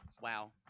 Wow